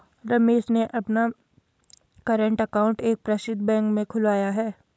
रमेश ने अपना current account एक प्रसिद्ध बैंक में खुलवाया है